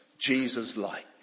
Jesus-like